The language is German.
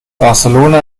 barcelona